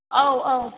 औ औ